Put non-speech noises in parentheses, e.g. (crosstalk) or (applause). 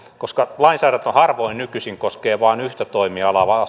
koska lainsäädäntö harvoin nykyisin koskee vain yhtä toimialaa vaan (unintelligible)